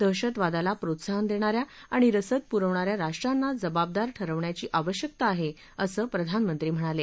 दहशतवादाला प्रोत्साहन देणा या आणि रसद पुरवणा या राष्ट्रांना जबाबदार ठरवण्याची आवश्यकता आहे असं प्रधानमंत्री म्हणाले